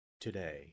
today